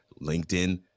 linkedin